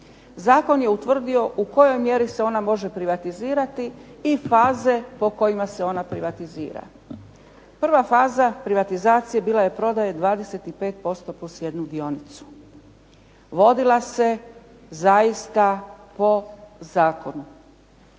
Zakon je utvrdio u kojoj mjeri se ona može privatizirati i faze po kojima se ona privatizira. Prva faza privatizacije bila je prodaja 255 + jednu dionicu. Vodila se zaista po zakonu.